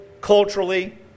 culturally